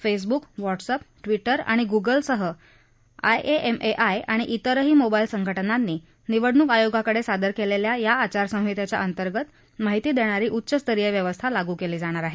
Facebook WhatsApp Twitter आणि ग्गलसह IAMAI आणि इतरही मोबाईल संघटनांनी निवडणूक आयोगाकडे सादर केलेल्या या आचारसंहितेच्या अंतर्गत माहिती देणारी उच्चस्तरीय व्यवस्था लागू केली जाणार आहे